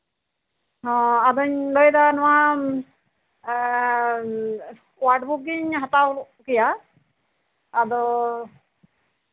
ᱚ ᱟᱫᱚᱧ ᱞᱟᱹᱭᱮᱫᱟ ᱱᱚᱣᱟ ᱚᱣᱟᱨᱰ ᱵᱩᱠ ᱜᱤᱧ ᱦᱟᱛᱟᱣ ᱠᱮᱭᱟ ᱟᱫᱚ